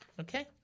okay